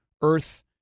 earth